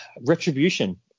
Retribution